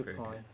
Okay